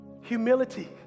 humility